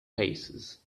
paces